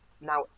now